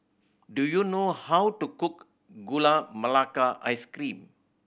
do you know how to cook Gula Melaka Ice Cream